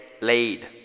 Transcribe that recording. laid